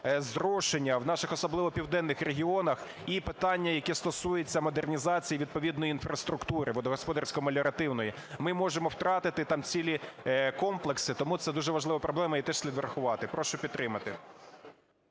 зрошення в наших особливо південних регіонах і питання, яке стосується модернізації відповідної інфраструктури водогосподарсько-меліоративної. Ми можемо втратити там цілі комплекси, тому це дуже важлива проблема. Її теж слід врахувати. Прошу підтримати.